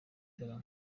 gitaramo